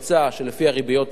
לפי הריביות היום,